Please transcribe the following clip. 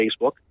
Facebook